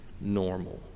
normal